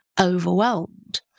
overwhelmed